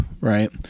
right